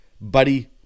Buddy